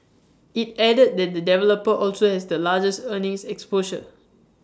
IT added that the developer also has the largest earnings exposure